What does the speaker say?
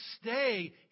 stay